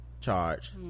charge